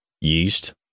Yeast